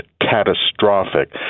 catastrophic